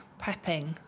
prepping